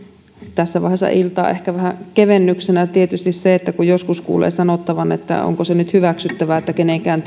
tässä vaiheessa iltaa ehkä vähän kevennyksenä tietysti se että kun joskus kuulee sanottavan että onko se nyt hyväksyttävää että kenenkään